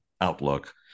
outlook